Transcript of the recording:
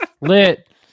Lit